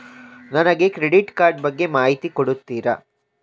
ನನಗೆ credit card ಬಗ್ಗೆ ಮಾಹಿತಿ ಕೊಡುತ್ತೀರಾ?